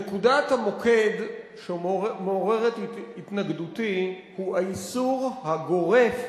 נקודת המוקד שמעוררת את התנגדותי היא האיסור הגורף